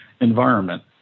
environment